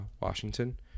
Washington